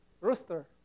rooster